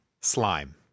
slime